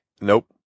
Nope